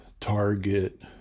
Target